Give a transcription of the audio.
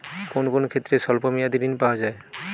কোন কোন ক্ষেত্রে স্বল্প মেয়াদি ঋণ পাওয়া যায়?